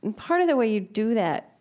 and part of the way you do that,